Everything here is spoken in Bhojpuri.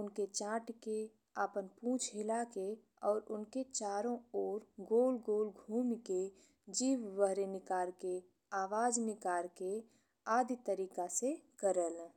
ओनके छाती के, आपन पुंछ हिला के और ओनके चारो ओर गोल गोल घूमी के, जिभ बाहर निकारी के, आवाज निकारी के आदी तरीका से करेले।